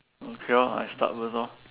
okay lor I start first lor